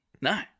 No